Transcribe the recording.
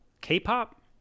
K-pop